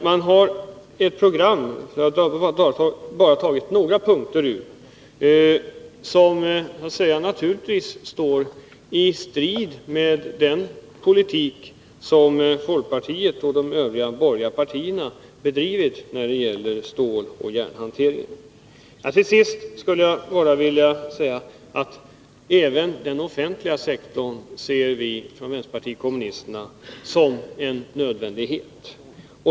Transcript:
Man har ett program, som jag bara har tagit några punkter ur, som naturligtvis står i strid med den politik som folkpartiet och de övriga borgerliga partierna bedrivit när det gäller ståloch järnhanteringen. Till sist skulle jag bara vilja säga att även den offentliga sektorn ser vi från vänsterpartiet kommunisterna som en nödvändighet.